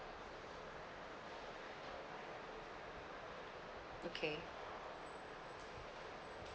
okay